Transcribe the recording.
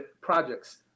Projects